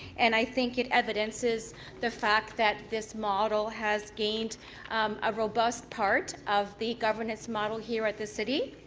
and i think it evidences the fact that this model has gained a robust part of the governance model here at the city.